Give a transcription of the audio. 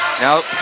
Now